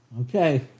Okay